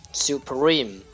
，supreme，